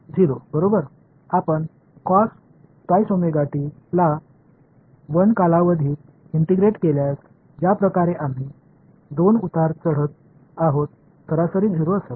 0 बरोबर आपण ला 1 कालावधीत इंटिग्रेट केल्यास ज्या प्रकारे आम्ही 2 उतार चढत आहोत सरासरी 0 असेल